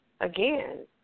again